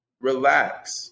Relax